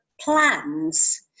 plans